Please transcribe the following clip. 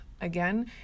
Again